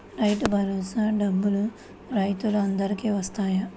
రైతు భరోసా డబ్బులు రైతులు అందరికి వస్తాయా?